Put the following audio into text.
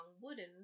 wooden